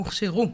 הוכשרו.